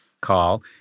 call